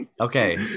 okay